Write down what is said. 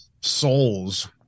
souls